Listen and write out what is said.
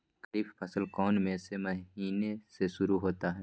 खरीफ फसल कौन में से महीने से शुरू होता है?